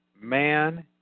Man